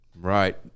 Right